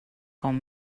com